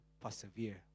persevere